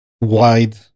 wide